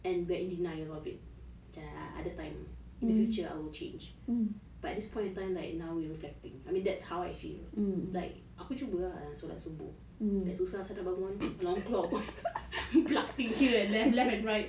and we're in denial of it macam other time in the future I will change but at this point in time like now you flapping I mean that's how I feel like aku cuba ah solat subuh like susah sia nak bangun alarm clock blasting here and left left and right